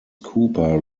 cooper